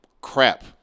crap